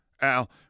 Al